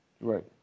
Right